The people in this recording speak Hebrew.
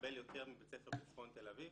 מקבל יותר מבית ספר בצפון תל אביב.